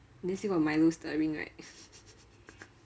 then still got milo stirring right